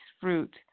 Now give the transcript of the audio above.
fruit